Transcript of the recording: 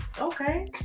Okay